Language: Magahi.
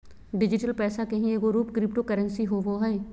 डिजिटल पैसा के ही एगो रूप क्रिप्टो करेंसी होवो हइ